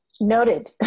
noted